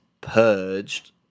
purged